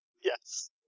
Yes